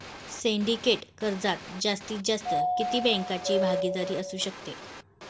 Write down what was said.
Syndicate कर्जात जास्तीत जास्त किती बँकांची भागीदारी असू शकते?